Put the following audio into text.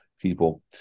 people